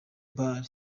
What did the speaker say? bar